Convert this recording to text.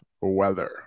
weather